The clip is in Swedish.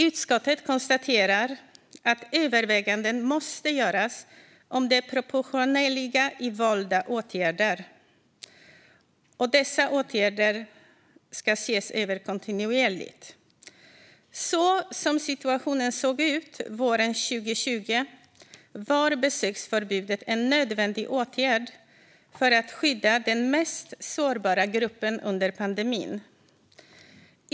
Utskottet konstaterar att överväganden måste göras om det proportionerliga i valda åtgärder och att dessa åtgärder ska ses över kontinuerligt. Så som situationen såg ut våren 2020 var besöksförbudet en nödvändig åtgärd för att skydda den mest sårbara gruppen under pandemin.